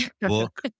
book